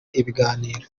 ibiganiro